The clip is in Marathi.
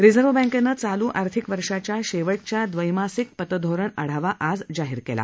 रिझर्व्ह बँकेनं चालू आर्थिक वर्षाच्या शेवटच्या द्वैमासिक पतधोरण आढावा आज जाहीर केला